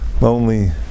lonely